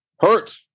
hurt